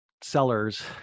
sellers